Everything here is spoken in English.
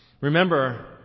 Remember